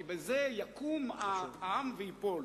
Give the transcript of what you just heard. כי בזה יקום העם וייפול.